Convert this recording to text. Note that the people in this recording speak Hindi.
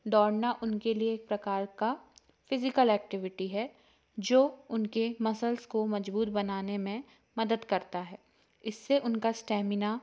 दौड़ना उनके लिए एक प्रकार का फिज़िकल ऐक्टिविटी है जो उनके मसल्स को मजबूत बनाने में मदद करता है इससे उनका स्टेमिना